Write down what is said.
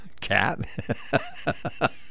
Cat